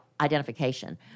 Identification